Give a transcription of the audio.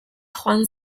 joan